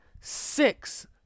six